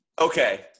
Okay